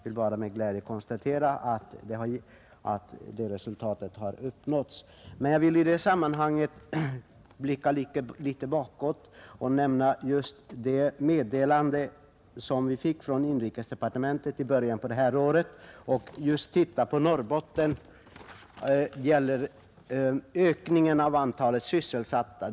I det sammanhanget vill jag emellertid blicka litet bakåt, närmast på det meddelande som vi fick från inrikesdepartementet i början av detta år beträffande ökningen av antalet sysselsatta i Norrbotten.